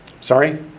Sorry